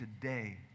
today